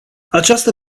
această